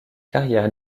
carrière